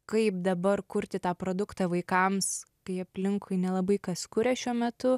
kaip dabar kurti tą produktą vaikams kai aplinkui nelabai kas kuria šiuo metu